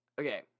okay